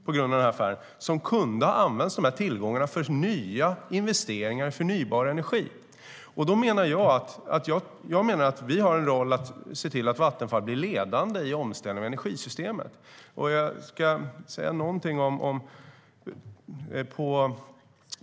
De tillgångarna kunde ha använts till nya investeringar i förnybar energi. Jag menar att vår roll är att se till att Vattenfall blir ledande i omställningen av energisystemet.